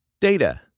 Data